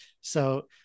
So-